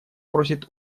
просит